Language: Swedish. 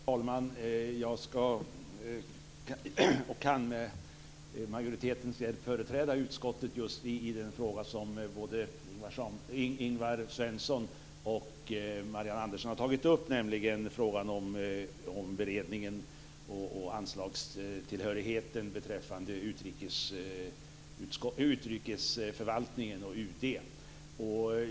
Herr talman! Jag kan med majoritetens hjälp företräda utskottet just i den fråga som både Ingvar Svensson och Marianne Andersson har tagit upp, nämligen frågan om beredningen och anslagstillhörigheten beträffande utrikesförvaltningen och UD.